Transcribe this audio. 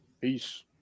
Peace